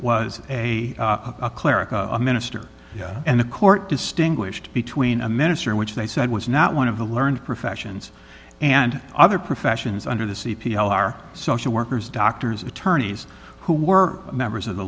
was a cleric a minister and the court distinguished between a minister which they said was not one of the learned professions and other professions under the c p l are social workers doctors attorneys who were members of the